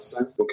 Okay